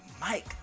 Mike